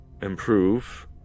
improve